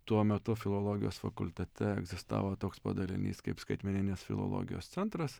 tuo metu filologijos fakultete egzistavo toks padalinys kaip skaitmeninės filologijos centras